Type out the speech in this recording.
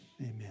Amen